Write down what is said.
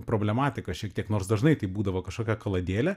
problematika šiek tiek nors dažnai tai būdavo kažkokia kaladėlė